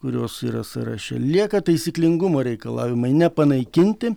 kurios yra sąraše lieka taisyklingumo reikalavimai nepanaikinti